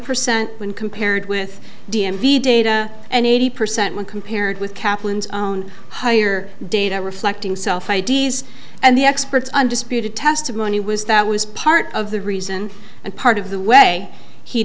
percent when compared with d m v data and eighty percent when compared with kaplan's own higher data reflecting self i d s and the experts undisputed testimony was that was part of the reason and part of the way he